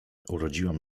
urodziłam